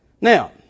Now